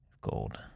Gold